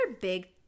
big